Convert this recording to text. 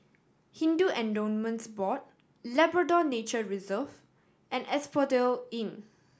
Hindu Endowments Board Labrador Nature Reserve and Asphodel Inn